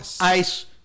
ice